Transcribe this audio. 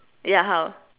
ya how